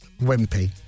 Wimpy